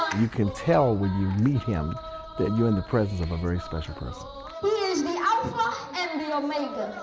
you can tell when you meet him that you're in the presence of a very special person. ezekiel he is the alpha and the omega.